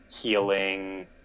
healing